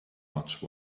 much